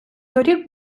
торік